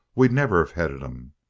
we'd never of headed em.